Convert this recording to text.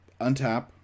untap